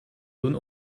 doen